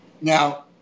Now